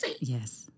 Yes